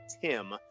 Tim